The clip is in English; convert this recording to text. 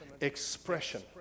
expression